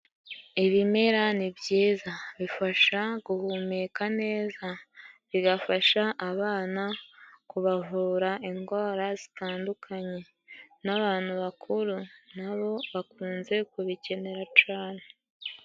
Ibimera ni byiza bifasha guhumeka neza, bigafasha abana kubavura indwara zitandukanye n'abantu bakuru, nabo bakunze kubikenera cane.